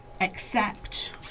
accept